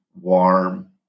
warm